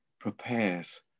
prepares